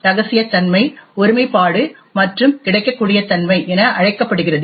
ரகசியத்தன்மை ஒருமைப்பாடு மற்றும் கிடைக்கக்கூடிய தன்மை என அழைக்கப்படுகிறது